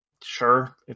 sure